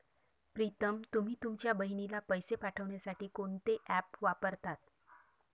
प्रीतम तुम्ही तुमच्या बहिणीला पैसे पाठवण्यासाठी कोणते ऍप वापरता?